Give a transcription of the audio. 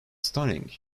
stunning